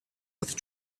with